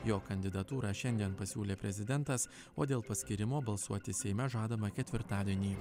jo kandidatūrą šiandien pasiūlė prezidentas o dėl paskyrimo balsuoti seime žadama ketvirtadienį